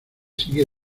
sigue